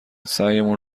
سعیمون